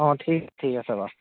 অঁ ঠিক ঠিক আছে বাৰু